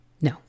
No